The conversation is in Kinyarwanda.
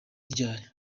ryari